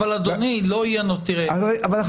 אדוני --- הרי אנחנו